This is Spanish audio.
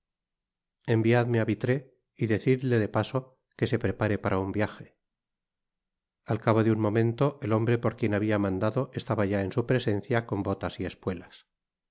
enviadme á vitray y decidle de paso que se prepare para un viaje al cabo de un momento el hombre por quien habia mandado estaba ya en su presencia con botas y espuelas